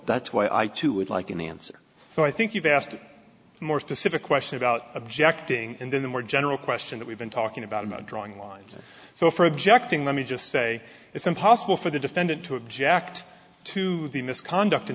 that's why i too would like an answer so i think you've asked more specific question about objecting and in the more general question that we've been talking about i'm not drawing lines so for objecting let me just say it's impossible for the defendant to object to the misconduct in